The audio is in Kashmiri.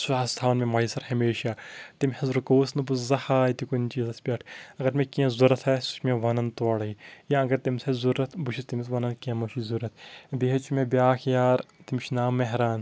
سُہ حظ تھاوان مےٚ میسَر ہمیشَہ تٔمۍ حظ رُکووُس نہٕ بہٕ زٕ ہاے تہِ کُنہِ چیٖزَس پٮ۪ٹھ اَگر مےٚ کیٚنٛہہ ضوٚرَتھ آسہِ سُہ چھُ مےٚ وَنان تورَے یا اَگر تٔمِس آسہِ ضوٚرَتھ بہٕ چھُس تٔمِس وَنان کیٚنٛہہ مَہ چھُے ضوٚرَتھ بیٚیہِ حظ چھُ مےٚ بیٛاکھ یار تٔمِس چھُ ناو مہران